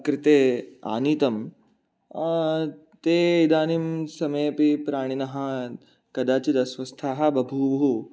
कृते आनीतं ते इदानीं समयेऽपि प्राणिनः कदाचित् अस्वस्थाः बभूवुः